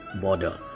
Border